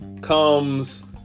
comes